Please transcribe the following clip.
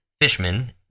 fishman